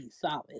solid